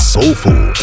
Soulful